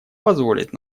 позволит